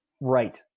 Right